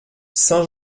saint